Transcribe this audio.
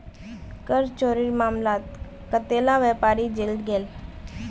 कर चोरीर मामलात कतेला व्यापारी जेल गेल